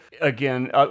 again